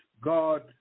God